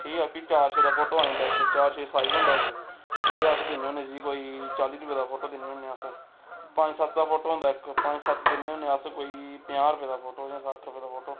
ठीक ऐ फ्ही चार छे दा फोटो आई जंदा इक चार छे साइज होंदा इक जेह्दे अस दिन्ने होन्ने जी कोई चाली रपेऽ दा फोटो दिन्ने होन्ने अस पंज सत्त दा फोटो होंदा इक पंज सत्त दिन्ने होन्ने अस कोई पंजाह् रपेऽ दा फोटो जां सट्ठ रपेऽ दा फोटो